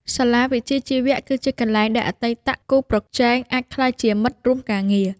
សាលាវិជ្ជាជីវៈគឺជាកន្លែងដែលអតីតគូប្រជែងអាចក្លាយជាមិត្តរួមការងារ។